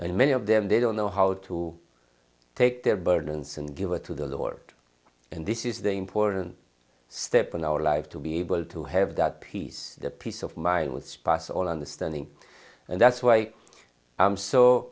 and many of them they don't know how to take their burdens and give it to the lord and this is the important step in our life to be able to have that peace the peace of mind with pass on understanding and that's why i'm so